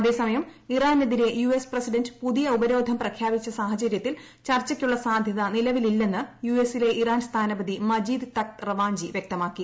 അതേസമയം ഇറാനെതിരെ U S president പുതിയ ഉപരോധം പ്രഖ്യാപിച്ച സാഹചര്യത്തിൽ ചർച്ചയ്ക്കുള്ള സാധ്യത നിലവിലില്ലെണ്ണ് യു എസിലെ ഇറാൻ സ്ഥാനപതി മജീദ് തക്ത് റവാഞ്ചി വൃക്തമാക്കി